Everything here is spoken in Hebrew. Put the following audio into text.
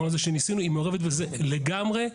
היא מעורבת בזה לגמרי.